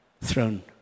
throne